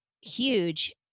huge